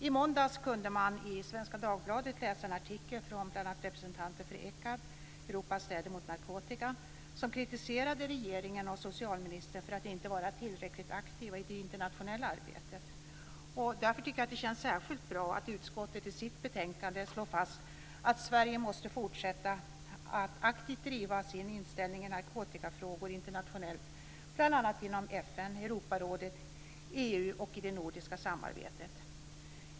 I måndags kunde man i Svenska Dagbladet läsa en artikel av bl.a. representanter för Ecad, Europas städer mot narkotika, som kritiserade regeringen och socialministern för att inte vara tillräckligt aktiva i det internationella arbetet. Det känns därför särskilt bra att utskottet i sitt betänkande slår fast att Sverige måste fortsätta att aktivt driva sin inställning i narkotikafrågor internationellt, bl.a. inom FN, Europarådet och EU samt i det nordiska samarbetet.